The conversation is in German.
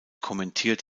kommentiert